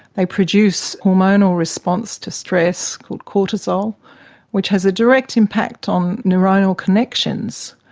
they produce hormonal response to stress called cortisol which has a direct impact on neuronal connections,